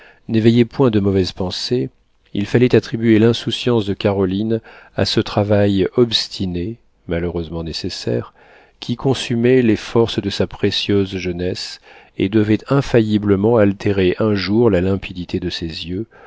n'éveillaient point de mauvaises pensées il fallait attribuer l'insouciance de caroline à ce travail obstiné malheureusement nécessaire qui consumait les forces de sa précieuse jeunesse et devait infailliblement altérer un jour la limpidité de ses yeux